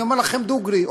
אני אומר לכם דוגרי,